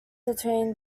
between